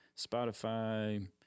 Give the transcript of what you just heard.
spotify